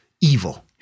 evil